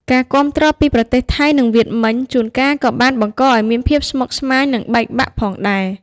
ការគាំទ្រពីប្រទេសថៃ និងវៀតមិញ ជួនកាលក៏បានបង្កឱ្យមានភាពស្មុគស្មាញ និងបែកបាក់ផងដែរ។